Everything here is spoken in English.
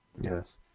Yes